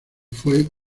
fue